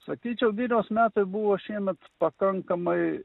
sakyčiau vyrios metai buvo šiemet pakankamai